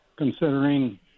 Considering